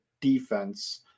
defense